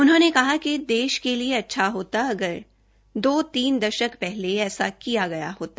उन्होंने कहा कि देश के लिए अच्छा होता अगर दो तीन दशक पहले ऐसा किया गया होता